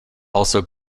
also